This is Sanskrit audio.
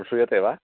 श्रूयते वा